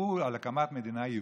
דיברו על הקמת מדינה יהודית.